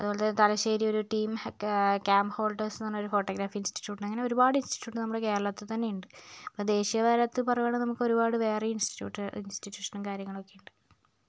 അതുപോലെ തലശ്ശേരി ഒരു ടീം ഹാക്കേ ക്യാം ഹോൾഡേഴ്സ് എന്ന് പറഞ്ഞ ഫോട്ടോഗ്രാഫി ഇൻസ്റ്റിറ്റ്യൂട്ട് ഉണ്ട് അങ്ങനെ ഒരുപാട് ഇൻസ്റ്റിട്യൂട്ട് കേരളത്തിൽ തന്നെയുണ്ട് അപ്പോൾ ദേശിയ തലത്ത് പറയുവാണെങ്കിൽ നമുക്ക് ഒരുപാട് വേറെ ഇൻസ്റ്റിറ്റ്യൂട്ട് ഇൻസ്റ്റിറ്റ്യൂഷൻ കാര്യങ്ങൾ ഒക്കെ ഉണ്ട്